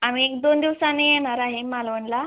आम्ही एक दोन दिवसाने येणार आहे मालवणला